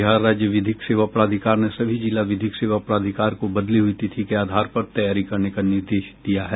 बिहार राज्य विधिक सेवा प्राधिकार ने सभी जिला विधिक सेवा प्राधिकार को बदली हुई तिथि के आधार पर तैयारी करने का निर्देश दिया है